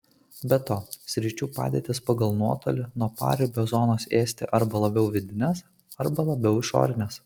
be to sričių padėtys pagal nuotolį nuo paribio zonos esti arba labiau vidinės arba labiau išorinės